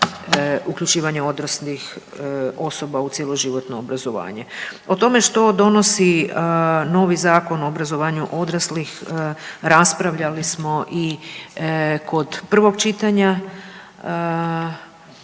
uključivanje odraslih osoba u cjeloživotno obrazovanje. O tome što donosi novi Zakon o obrazovanju odraslih raspravljali smo i kod prvog čitanja,